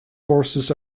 forces